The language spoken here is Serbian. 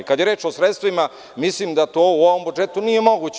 Kada je reč o sredstvima, mislim da to u ovom budžetu nije moguće.